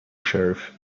sheriff